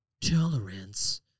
tolerance